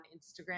Instagram